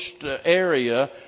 area